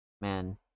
man